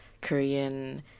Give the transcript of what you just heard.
korean